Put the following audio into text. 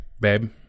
babe